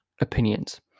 opinions